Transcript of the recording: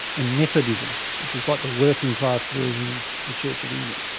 and methodism, which was like the working class version of the church of england.